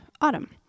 autumn